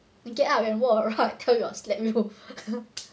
you get up and walk around I tell you or I slapped you